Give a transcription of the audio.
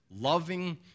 loving